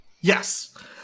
Yes